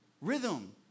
Rhythm